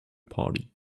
party